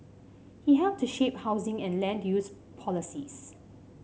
he helped to shape housing and land use policies